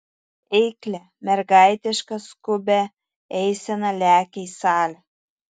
eiklia mergaitiška skubia eisena lekia į salę